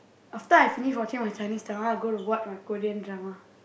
after I finish watching my Chinese drama I am going to watch my Korean drama